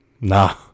Nah